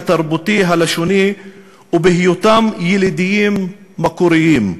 התרבותי והלשוני ובהיותם ילידים מקוריים,